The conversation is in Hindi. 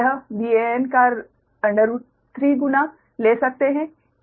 आप VAn का √3 गुना ले सकते हैं